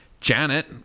Janet